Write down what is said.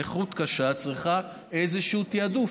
נכות קשה צריכה איזשהו תעדוף.